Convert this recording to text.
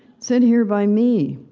sit here by me.